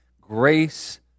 grace